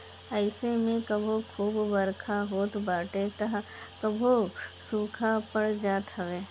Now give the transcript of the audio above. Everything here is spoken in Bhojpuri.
अइसे में कबो खूब बरखा होत बाटे तअ कबो सुखा पड़ जात हवे